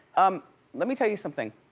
um let me tell you something.